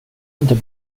inte